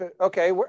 Okay